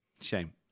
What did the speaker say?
Shame